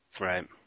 Right